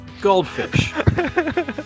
Goldfish